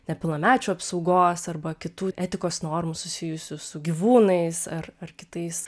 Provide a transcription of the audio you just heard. nepilnamečių apsaugos arba kitų etikos normų susijusių su gyvūnais ar ar kitais